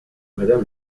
madame